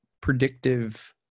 predictive